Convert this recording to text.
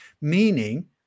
meaning